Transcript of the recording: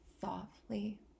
softly